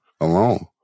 alone